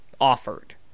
offered